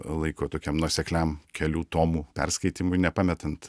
laiko tokiam nuosekliam kelių tomų perskaitymui nepametant